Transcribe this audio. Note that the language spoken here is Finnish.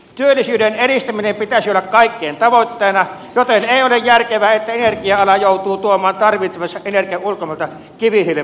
työllisyyden edistämisen pitäisi olla kaikkien tavoitteena joten ei ole järkevää että energia ala joutuu tuomaan tarvitsemansa energian ulkomailta kivihiilen muodossa